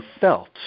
felt